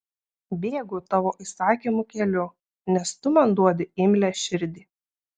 bėgu tavo įsakymų keliu nes tu man duodi imlią širdį